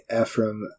Ephraim